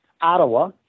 Ottawa